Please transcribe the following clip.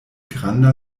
granda